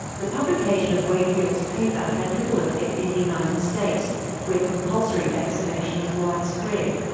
the publication of wakefield's paper had little effect in the united states where compulsory vaccination is widespread,